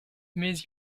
mais